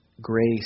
grace